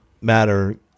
matter